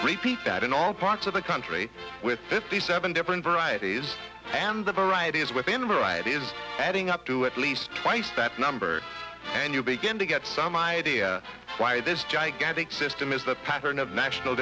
repeat that in all parts of the country with fifty seven different varieties and the varieties within a variety is adding up to at least twice that number and you begin to get some idea why this gigantic system is the pattern of national